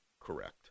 correct